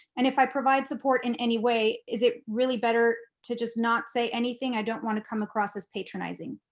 and if i provide support in any way, is it really better to just not say anything? i don't want to come across as patronizing.